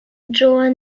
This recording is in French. joan